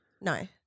No